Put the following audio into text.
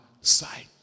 sight